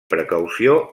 precaució